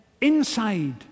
inside